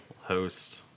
host